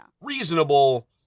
reasonable